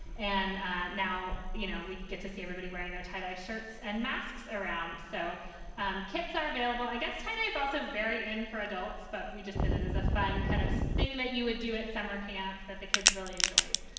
and now, you know, we get to see everybody wearing their tie dye shirts and masks around. so and kits are available. i guess heidi is also very in for adults, but we just did it as a fun kind of thing that you would do at summer camp that the kids really enjoyed.